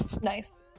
nice